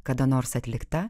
kada nors atlikta